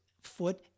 foot